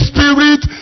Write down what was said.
Spirit